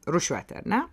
rūšiuoti ar ne